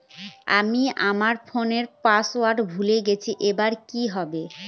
আমি আমার ফোনপের পাসওয়ার্ড ভুলে গেছি এবার কি হবে?